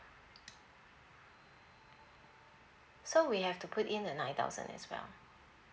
so we have to put in the nine thousand as well